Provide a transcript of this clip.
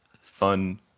fun